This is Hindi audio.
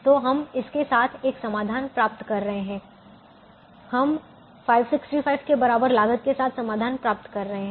तो हम इसके साथ एक समाधान प्राप्त कर रहे हैं हम 565 के बराबर लागत के साथ समाधान प्राप्त कर रहे हैं